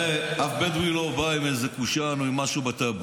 אף בדואי לא בא עם איזה קושאן או עם משהו בטאבו.